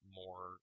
more